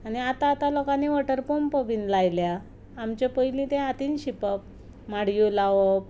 आनी आतां आतां लोकांनी वॉटर पंप बी लायल्या आमचे पयलीं तें हातीन शिंपप माड्यो लावप